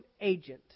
agent